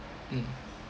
mm